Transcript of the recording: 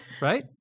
Right